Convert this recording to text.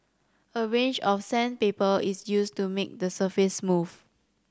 a range of sandpaper is used to make the surface smooth